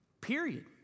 Period